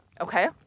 okay